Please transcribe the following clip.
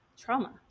trauma